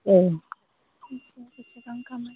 एह